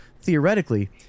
theoretically